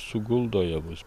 suguldo javus